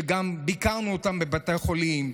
שגם ביקרנו אותם בבתי החולים.